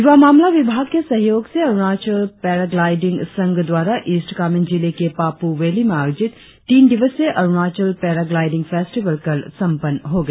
युवा मामला विभाग के सहयोग से अरुणाचल पेराग्लाइडिंग संघ द्वारा ईस्ट कामेंग जिले के पापू वैली में आयोजित तीन दिवसीय अरुणाचल पेराग्लाइडिंग फेस्टिवल कल संपन्न हो गया